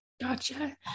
gotcha